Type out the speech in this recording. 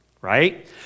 right